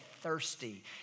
thirsty